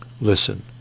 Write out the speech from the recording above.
Listen